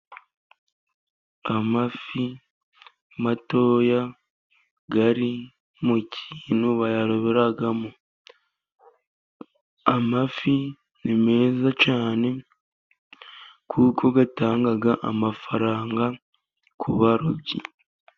Amafi matoya ari mu kintu bayarobegamo, amafi ni meza cyane, kuko atanga amafaranga kuba barobyi.